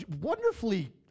wonderfully